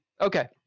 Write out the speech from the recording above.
Okay